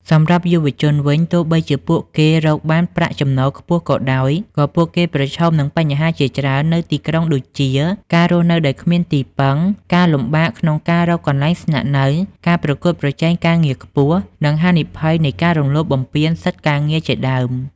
សម្រាប់យុវជនវិញ ទោះបីជាពួកគេរកបានប្រាក់ចំណូលខ្ពស់ក៏ដោយ ក៏ពួកគេប្រឈមនឹងបញ្ហាជាច្រើននៅទីក្រុងដូចជា ការរស់នៅដោយគ្មានទីពឹង ការលំបាកក្នុងការរកកន្លែងស្នាក់នៅ ការប្រកួតប្រជែងការងារខ្ពស់ និងហានិភ័យនៃការរំលោភបំពានសិទ្ធិការងារជាដើម។